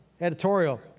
editorial